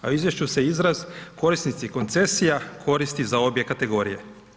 U izvješću se izraz „korisnici koncesija“ koristi za obje kategorije.